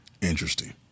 Interesting